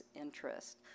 interest